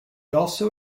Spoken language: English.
also